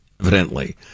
Evidently